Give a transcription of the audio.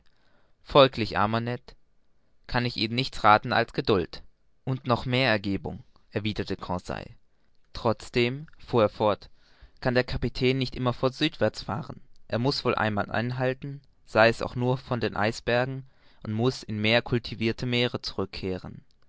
folglich armer ned kann ich ihnen nichts rathen als geduld und mehr noch ergebung erwiderte conseil trotzdem fuhr er fort kann der kapitän nicht immerfort südwärts fahren er muß wohl einmal einhalten sei es auch nur vor den eisbergen und muß in mehr cultivirte meere zurück